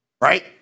right